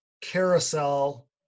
carousel